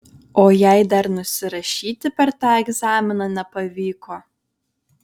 o jei dar nusirašyti per tą egzaminą nepavyko